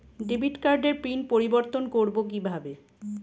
Debit কার্ডের pin পরিবর্তন করবো কীভাবে?